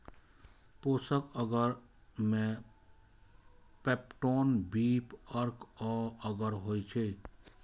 पोषक अगर मे पेप्टोन, बीफ अर्क आ अगर होइ छै